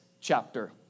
chapter